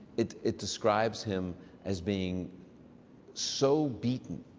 it. it describes him as being so beaten